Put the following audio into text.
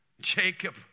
Jacob